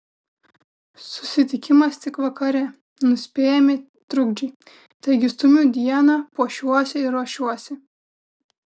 susitikimas tik vakare nuspėjami trukdžiai taigi stumiu dieną puošiuosi ir ruošiuosi